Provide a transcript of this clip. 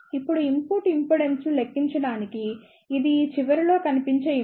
ఇప్పుడు ఇన్పుట్ ఇంపిడెన్స్ను లెక్కించడానికి ఇది ఈ చివరలో కనిపించే ఇంపెడెన్స్ అవుతుంది